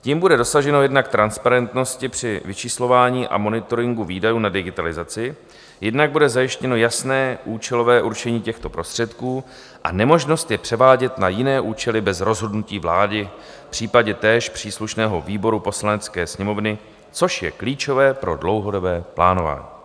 Tím bude dosaženo jednak transparentnosti při vyčíslování a monitoringu výdajů na digitalizaci, jednak bude zajištěno jasné účelové určení těchto prostředků a nemožnost je převádět na jiné účely bez rozhodnutí vlády, případě též příslušného výboru Poslanecké sněmovny, což je klíčové pro dlouhodobé plánování.